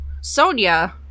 Sonia